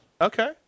Okay